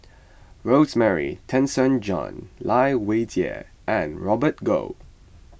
Rosemary Tessensohn Lai Weijie and Robert Goh